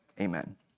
amen